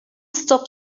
stop